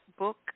Book